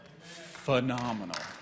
phenomenal